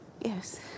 yes